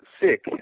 sick